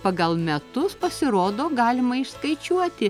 pagal metus pasirodo galima išskaičiuoti